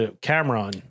Cameron